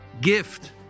gift